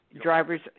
drivers